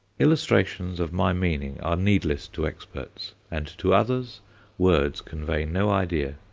illustrations of my meaning are needless to experts, and to others words convey no idea.